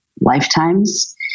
lifetimes